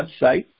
website